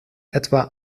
etwa